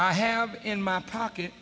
i have in my pocket